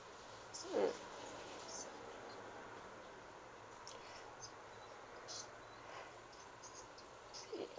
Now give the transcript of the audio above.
mm